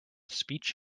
speech